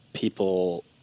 people